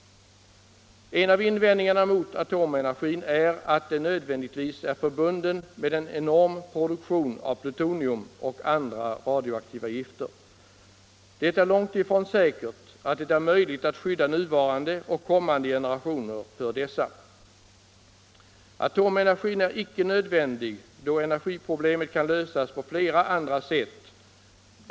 En av invändningarna mot atomenergin är att den nödvändigtvis är förbunden med en enorm produktion av plutonium och andra radioaktiva gifter. Det är långtifrån säkert att det är möjligt att skydda nuvarande och kommande generationer för dessa. Atomenergin är icke nödvändig, då energiproblemet kan lösas på flera andra sätt.